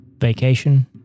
Vacation